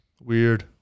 Weird